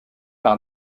par